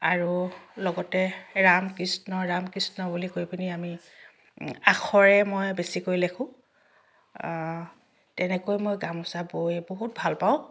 আৰু লগতে ৰাম কৃষ্ণ ৰাম কৃষ্ণ বুলি কৈ পেনি আমি আখৰে মই বেছিকৈ লিখোঁ তেনেকৈ মই গামোচা বৈ মই বহুত ভাল পাওঁ